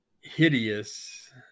hideous